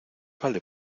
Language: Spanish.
vale